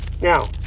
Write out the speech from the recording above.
Now